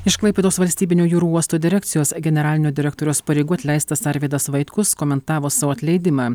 iš klaipėdos valstybinio jūrų uosto direkcijos generalinio direktoriaus pareigų atleistas arvydas vaitkus komentavo savo atleidimą